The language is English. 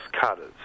cutters